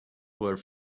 were